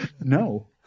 No